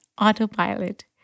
autopilot